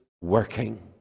working